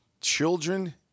children